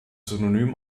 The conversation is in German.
synonym